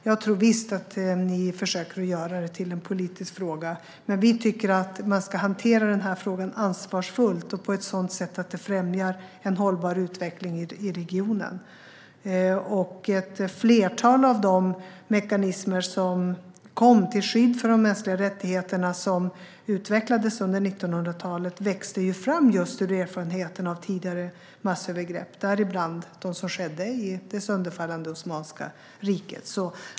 Jag tror visst att ni försöker göra detta till en politisk fråga, men vi tycker att man ska hantera den här frågan ansvarsfullt och på ett sådant sätt att det främjar en hållbar utveckling i regionen. Ett flertal av de mekanismer som kom till skydd för de mänskliga rättigheterna och som utvecklades under 1900-talet växte fram just ur erfarenheterna av tidigare massövergrepp, däribland de som skedde i det sönderfallande Osmanska riket.